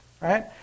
right